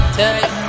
take